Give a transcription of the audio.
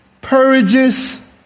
purges